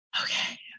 Okay